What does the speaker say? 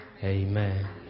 Amen